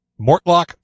mortlock